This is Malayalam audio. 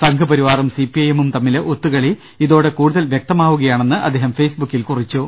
സംഘ് പരിവാറും സിപി ഐഎമ്മും തമ്മിലെ ഒത്തുകളി ഇതോടെ കൂടുതൽ വ്യക്തമാവുക യാണെന്ന് അദ്ദേഹം ഫേസ്ബുക്കിൽ കുറിച്ചു